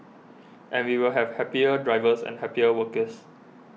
and we will have happier drivers and happier workers